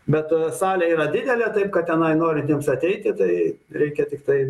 bet salė yra didelė taip kad tenai norintiems ateiti tai reikia tiktai